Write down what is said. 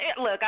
look